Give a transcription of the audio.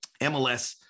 MLS